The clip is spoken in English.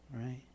Right